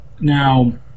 now